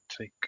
take